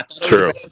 true